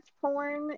porn